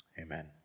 Amen